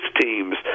teams